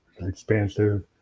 expansive